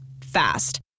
Fast